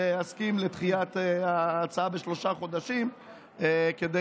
ואסכים לדחיית ההצעה בשלושה חודשים כדי